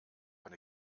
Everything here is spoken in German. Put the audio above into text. eine